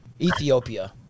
Ethiopia